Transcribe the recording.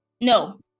No